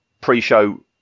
pre-show